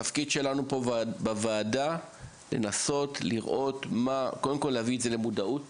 תפקידנו פה בוועדה הוא לנסות להביא את זה למודעות